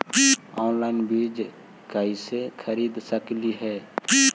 Online बीज कईसे खरीद सकली हे?